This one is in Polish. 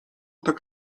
tak